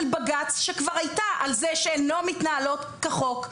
בג"ץ שכבר הייתה על זה שהן לא מתנהלות כחוק.